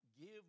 give